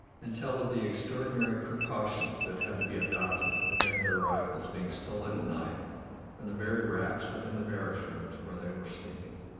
and tell of the extraordinary precautions that had to be adopted to prevent their rifles being stolen at night from the very racks within the barrack-rooms where they were sleeping.